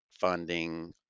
funding